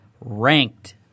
ranked